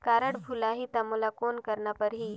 Card भुलाही ता मोला कौन करना परही?